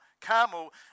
Carmel